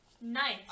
Nice